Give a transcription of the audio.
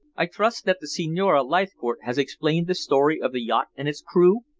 i trust that the signorina leithcourt has explained the story of the yacht and its crew,